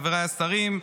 חבריי השרים,